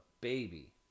baby